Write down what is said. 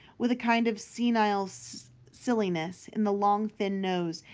with a kind of senile so silliness in the long thin nose,